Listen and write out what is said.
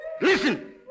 Listen